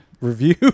Review